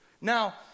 Now